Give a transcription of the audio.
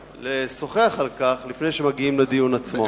לשוחח על כך לפני שמגיעים לדיון עצמו.